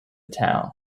town